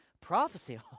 prophecy